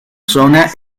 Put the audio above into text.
zona